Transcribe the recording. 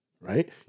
right